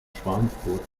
schweinfurt